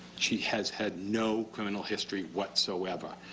she has had no criminal history whatsoever.